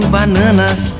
bananas